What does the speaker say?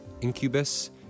incubus